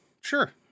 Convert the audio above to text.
sure